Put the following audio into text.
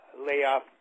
layoff